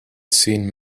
seen